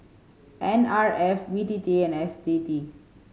N R F B T T and S T T